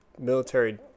military